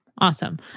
Awesome